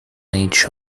each